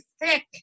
thick